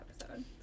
episode